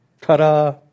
Ta-da